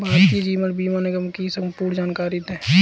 भारतीय जीवन बीमा निगम की संपूर्ण जानकारी दें?